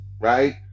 right